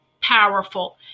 powerful